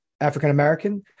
African-American